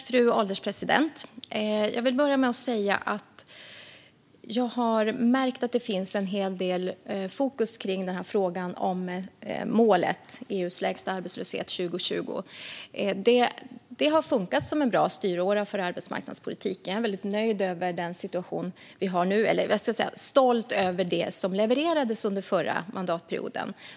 Fru ålderspresident! Jag vill börja med att säga att jag har märkt att det finns en hel del fokus på frågan om målet att ha EU:s lägsta arbetslöshet 2020. Målet har funkat som en bra styråra för arbetsmarknadspolitiken. Jag är stolt över det som levererades under den förra mandatperioden.